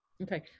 Okay